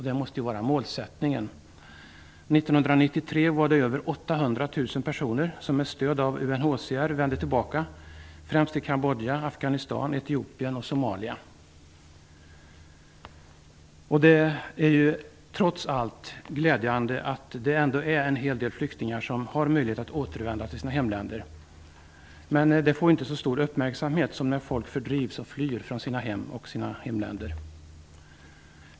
Det måste vara målet. 1993 var det över 800 000 personer som med stöd av UNHCR vände tillbaka, främst till Kambodja, Afghanistan, Etiopien och Somalia. Det är trots allt glädjande att en del flyktingar som har möjlighet att återvända till sina hemländer, men detta får inte så stor uppmärksamhet som när folk fördrivs och flyr från sina hem.